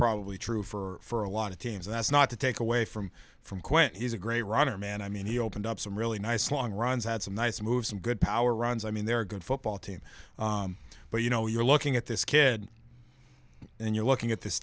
probably true for a lot of teams that's not to take away from from quinn is a great runner man i mean he opened up some really nice long runs had some nice moves some good power runs i mean they're a good football team but you know you're looking at this kid and you're looking at this